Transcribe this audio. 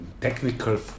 technical